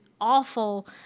awful